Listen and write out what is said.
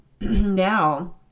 Now